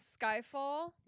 Skyfall